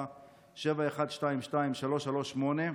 ב-074-7122338.